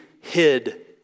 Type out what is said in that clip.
hid